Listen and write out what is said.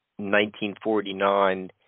1949